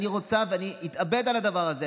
אני רוצה ואני אתאבד על הדבר הזה.